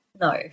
No